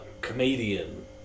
comedian